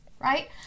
Right